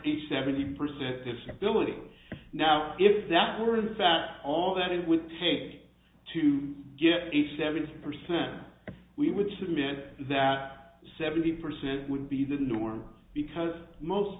each seventy percent disability now if that were in fact all that it would take to get the seventy percent we would submit that seventy percent would be the norm because most